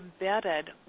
embedded